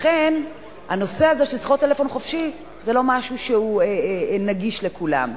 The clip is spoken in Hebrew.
לכן הנושא הזה של שיחות טלפון חופשיות זה לא משהו שהוא נגיש לכולם.